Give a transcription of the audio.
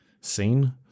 scene